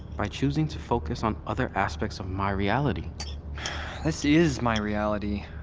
by choosing to focus on other aspects of my reality this is my reality.